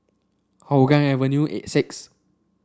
Hougang Avenue six